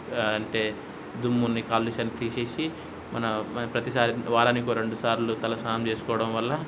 అంటే దుమ్మున్ని కాలుష్యాన్ని తీసేసి మన మ ప్రతిసారి వారానికి ఒక రెండుసార్లు తలస్నానం చేసుకోవడం వల్ల